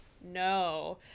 No